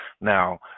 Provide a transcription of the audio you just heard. now